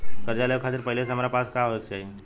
कर्जा लेवे खातिर पहिले से हमरा पास का होए के चाही?